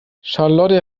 charlotte